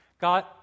God